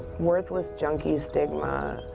worthless junkie stigma.